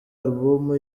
alubumu